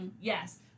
Yes